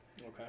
Okay